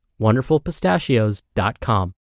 wonderfulpistachios.com